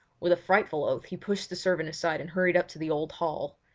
with a frightful oath he pushed the servant aside and hurried up to the old hall.